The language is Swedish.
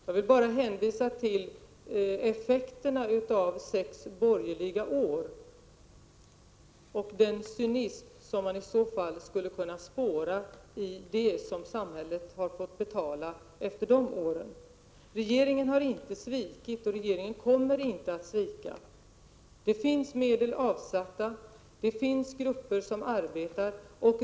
Jag vill bara hänvisa till de sex borgerliga åren och till den cynism som man skulle kunna spåra bakom de effekter av dessa år som samhället har fått betala. Regeringen har inte svikit, och regeringen kommer inte att svika. Det finns medel avsatta, och det finns grupper som arbetar med detta.